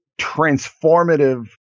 transformative